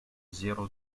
zéro